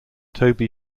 toby